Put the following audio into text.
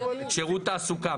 שירות תעסוקה,